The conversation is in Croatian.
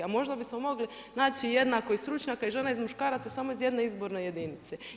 A možda bismo mogli naći jednako i stručnjaka i žena i muškaraca samo iz jedne izborne jedinice.